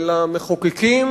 אל המחוקקים,